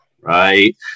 right